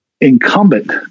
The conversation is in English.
incumbent